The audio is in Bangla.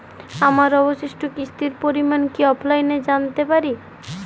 আমার অবশিষ্ট কিস্তির পরিমাণ কি অফলাইনে জানতে পারি?